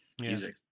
music